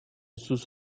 sus